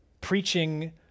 preaching